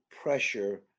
pressure